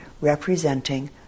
representing